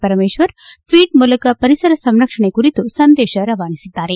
Parameshwar tweet ಮೂಲಕ ಪರಿಸರ ಸಂರಕ್ಷಣೆ ಕುರಿತು ಸಂದೇಶ ರವಾನಿಸಿದ್ದಾರೆ